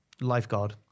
lifeguard